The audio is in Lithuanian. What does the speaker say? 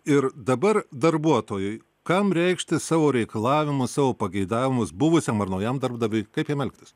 ir dabar darbuotojui kam reikšti savo reikalavimus savo pageidavimus buvusiam ar naujam darbdaviui kaip jiem elgtis